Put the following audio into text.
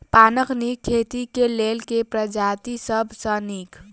पानक नीक खेती केँ लेल केँ प्रजाति सब सऽ नीक?